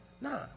nah